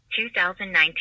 2019